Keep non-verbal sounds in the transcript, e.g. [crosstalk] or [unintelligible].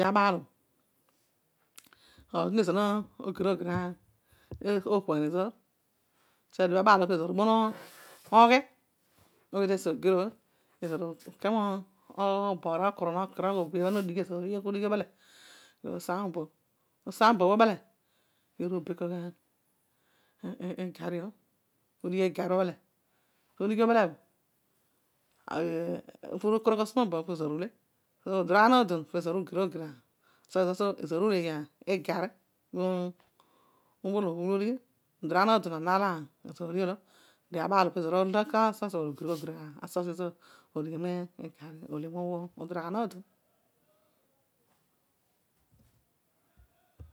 Abạalõ. [noise] aadon ezõor no gir ogir obgo ezõr, sa adio bhõ abaal õ peeõor ubom ughi tesi ogir obho pezor uke morol [unintelligible] ezor udighi ubele, pu uru usa ma amabobh. Usa ma amabõbh õbhõ ubele. ku uru̱ ubake igomi õbhõ. udighi migam obho abele. u̱dighi ubele bho, [hesitation] puru ukorogh asumabobh pezõor ule. Uduroghaan aadon pezor ugir ogir, sọ pezoor uleey igarri olo ami umina udighi. Uduroghaan aadon onon ala, esi ughi õolõ. Adio abaal õ pezõor ughi ma achurch ezõr [unintelligible] ugir ogir achuch ezoor. pezoor umina udighi migorri ule maa don. [noise]